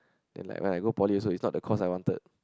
and like when I go poly also is not the course I wanted